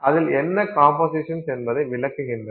அதில் என்ன கம்போசிஷன் என்பதை விளக்குகின்றன